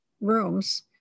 rooms